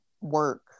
work